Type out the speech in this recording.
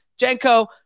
Jenko